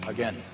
Again